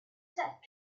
set